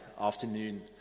afternoon